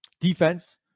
defense